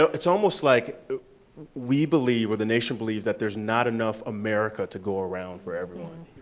it's almost like we believe, or the nations believes, that there's not enough america to go around for everyone.